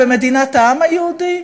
במדינת העם היהודי,